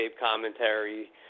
commentary